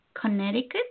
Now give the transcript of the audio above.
Connecticut